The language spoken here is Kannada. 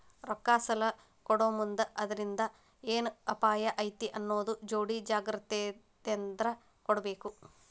ರೊಕ್ಕಾ ಸಲಾ ಕೊಡೊಮುಂದ್ ಅದ್ರಿಂದ್ ಏನ್ ಅಪಾಯಾ ಐತಿ ಅನ್ನೊದ್ ನೊಡಿ ಜಾಗ್ರೂಕತೇಂದಾ ಕೊಡ್ಬೇಕ್